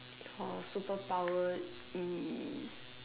your superpower is